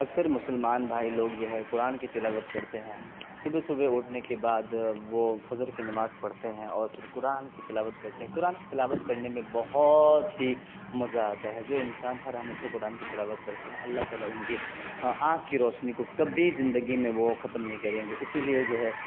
اکثر مسلمان بھائی لوگ جو ہے قرآن کی تلاوت کرتے ہیں صبح صبح اٹھنے کے بعد وہ فجر کی نماز پڑھتے ہیں اور پھر قرآن کی تلاوت کرتے ہیں قرآن کی تلاوت کرنے میں بہت ہی مزہ آتا ہے جو انسان ہر ہمیشہ قرآن کی تلاوت کرتے ہیں اللہ تعالیٰ ان کی آنکھ کی روشنی کو کبھی زندگی میں وہ ختم نہیں کریں گے اسی لیے جو ہے